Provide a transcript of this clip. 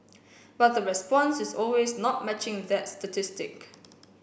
but the response is always not matching that statistic